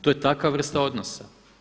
To je takva vrsta odnosa.